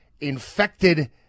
infected